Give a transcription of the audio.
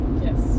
yes